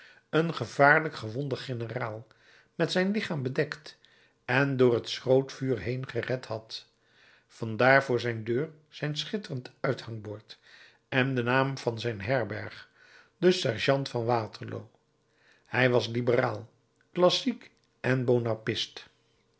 een gevaarlijk gewonden generaal met zijn lichaam bedekt en door het schrootvuur heen gered had vandaar voor zijn deur zijn schitterend uithangbord en de naam van zijn herberg de sergeant van waterloo hij was liberaal classiek en bonapartist